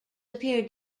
appear